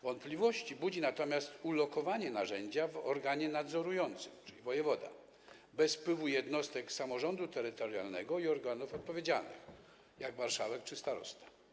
Wątpliwości budzi natomiast ulokowanie narzędzia w organie nadzorującym (wojewoda) bez wpływu jednostek samorządu terytorialnego i organów odpowiedzialnych (marszałek, starosta)